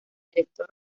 director